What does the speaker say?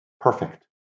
Perfect